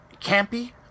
campy